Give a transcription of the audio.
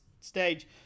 stage